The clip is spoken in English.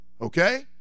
Okay